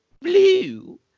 blue